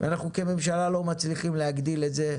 ואנחנו כממשלה לא מצליחים להגדיל את זה,